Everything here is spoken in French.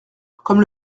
comme